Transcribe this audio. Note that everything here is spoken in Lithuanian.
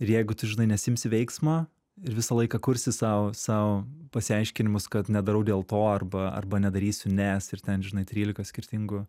ir jeigu tu žinai nesiimsi veiksmo ir visą laiką kursi sau sau pasiaiškinimus kad nedarau dėl to arba arba nedarysiu nes ir ten žinai trylika skirtingų